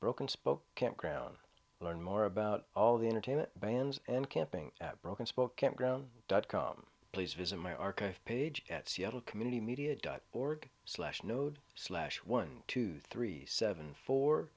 broken spoke campground learn more about all the entertainment bans and camping at broken spoke campground dot com please visit my archive page at seattle community media dot org slash node slash one two three seven four